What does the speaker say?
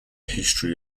history